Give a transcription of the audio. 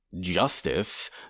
justice